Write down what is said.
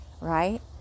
right